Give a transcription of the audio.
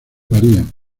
varían